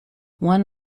one